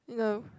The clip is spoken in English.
no